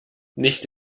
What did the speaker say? nicht